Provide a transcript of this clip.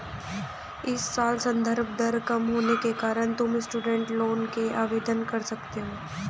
इस साल संदर्भ दर कम होने के कारण तुम स्टूडेंट लोन के लिए आवेदन कर सकती हो